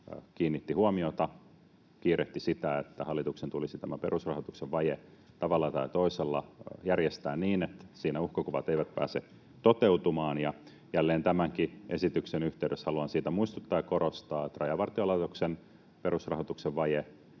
kiinnitti huomiota. Se kiirehti sitä, että hallituksen tulisi tämä perusrahoituksen vaje tavalla tai toisella järjestää niin, että siinä uhkakuvat eivät pääse toteutumaan. Jälleen tämänkin esityksen yhteydessä haluan siitä muistuttaa ja korostaa, että Rajavartiolaitoksen perusrahoituksen vajeesta